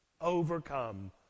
overcome